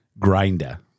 grinder